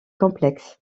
complexes